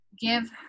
give